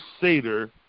Seder